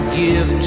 give